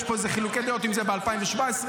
יש פה חילוקי דעות אם זה ב-2017 או